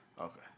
Okay